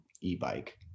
e-bike